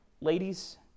Ladies